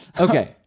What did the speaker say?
Okay